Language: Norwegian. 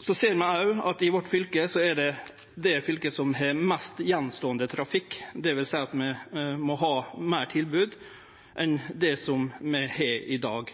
Så ser vi òg at vårt fylke er det fylket som har flest køyretøy som står att, det vil seie at vi må ha eit betre tilbod enn det vi har i dag.